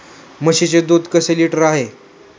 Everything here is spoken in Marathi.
म्हशीचे दूध कसे लिटर आहे?